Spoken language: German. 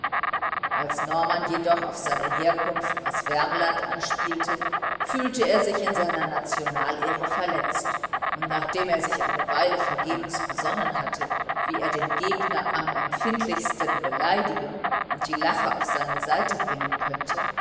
als norman jedoch auf seine herkunft aus wermland anspielte fühlte er sich in seiner nationalehre verletzt und nachdem er sich eine weile vergebens besonnen hatte wie er den gegner am empfindlichsten beleidigen und die lacher auf seine seite bringen könnte